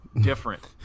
different